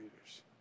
leaders